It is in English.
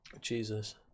jesus